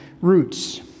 roots